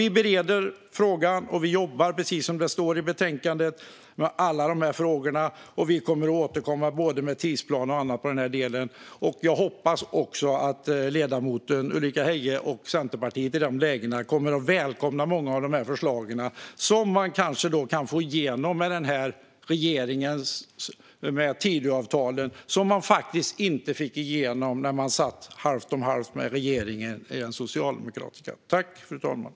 Vi bereder frågan och jobbar med alla de här frågorna, precis som det står i betänkandet, och vi kommer att återkomma med både tidsplan och annat. Jag hoppas också att ledamoten Ulrika Heie och Centerpartiet kommer att välkomna många av förslagen som man kanske kommer att få igenom med den här regeringen, med Tidöavtalet, vilket man faktiskt inte fick när man satt halvt om halvt med den socialdemokratiska regeringen.